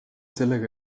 sellega